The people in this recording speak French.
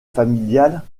familiale